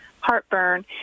heartburn